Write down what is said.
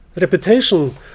reputation